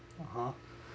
(uh huh)